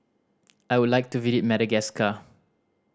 I would like to visit Madagascar